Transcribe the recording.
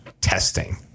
testing